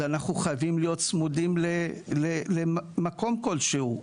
זה, אנחנו חייבים להיות צמודים למקום כלשהו.